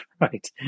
right